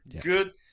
good